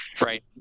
Right